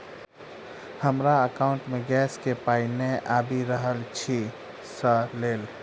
हमरा एकाउंट मे गैस केँ पाई नै आबि रहल छी सँ लेल?